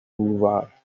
boulevard